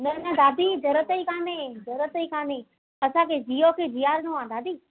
न न दादी ज़रूरत ई कान्हे ज़रूरत ई कान्हे असांखे जियो खे जीआरणो आहे दादी